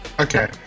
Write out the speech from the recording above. Okay